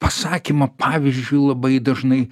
pasakymą pavyzdžiui labai dažnai